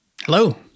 Hello